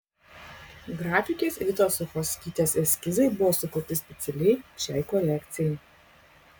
grafikės editos suchockytės eskizai buvo sukurti specialiai šiai kolekcijai